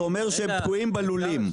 זה אומר שהם נתקעים בלולים.